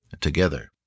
together